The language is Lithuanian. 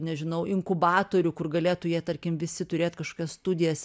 nežinau inkubatorių kur galėtų jie tarkim visi turėt kažkias studijas